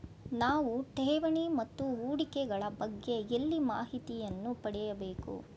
ನಾವು ಠೇವಣಿ ಮತ್ತು ಹೂಡಿಕೆ ಗಳ ಬಗ್ಗೆ ಎಲ್ಲಿ ಮಾಹಿತಿಯನ್ನು ಪಡೆಯಬೇಕು?